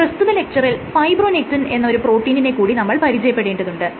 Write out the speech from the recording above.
പ്രസ്തുത ലെക്ച്ചറിൽ ഫൈബ്രോനെക്റ്റിൻ എന്ന ഒരു പ്രോട്ടീനിനെ കൂടി നമ്മൾ പരിചയപെടുന്നുണ്ട്